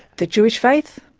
the jewish faith,